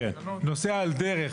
אם אתה נוסע על דרך,